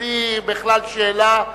בלי שאלה בכלל,